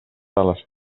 sales